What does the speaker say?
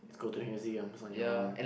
just go to museums on your own